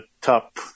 top